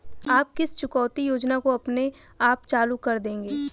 आप किस चुकौती योजना को अपने आप चालू कर देंगे?